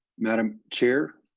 madam chair.